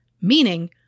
meaning